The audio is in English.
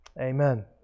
Amen